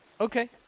Okay